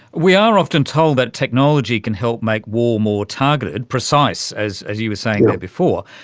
we are often told that technology can help make war more targeted, precise as as you were saying there before,